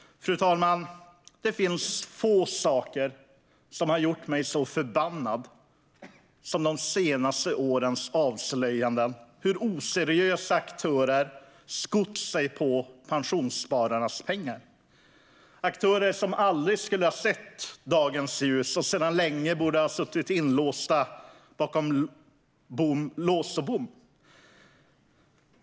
Fru talman! Det finns få saker som har gjort mig så förbannad som de senaste årens avslöjanden om hur oseriösa aktörer skott sig på pensionsspararnas pengar. Det är aktörer som aldrig borde ha sett dagens ljus, och de borde sedan länge ha suttit bakom lås och bom.